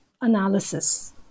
analysis